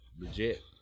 legit